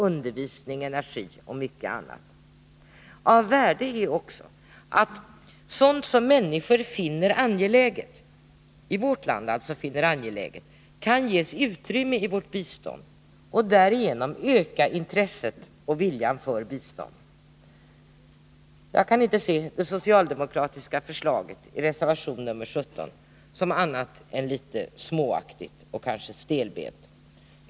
undervisning, energi och mycket annat. Av värde är också att sådant som människor i vårt land finner angeläget kan ges utrymme i vårt bistånd och därmed öka intresset och viljan i fråga om biståndet. Jag kan inte se det socialdemokratiska förslaget i reservation nr 17 som annat än litet småaktigt och stelbent.